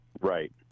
Right